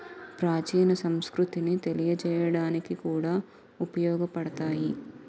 ప్రాచీన సంస్కృతిని తెలియజేయడానికి కూడా ఉపయోగపడతాయి